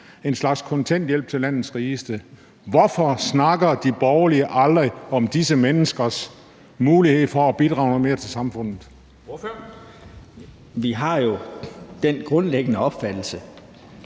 en slags kontanthjælp til landets rigeste. Hvorfor snakker de borgerlige aldrig om disse menneskers mulighed for at bidrage noget mere til samfundet? Kl. 16:23 Formanden (Henrik